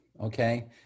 okay